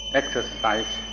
exercise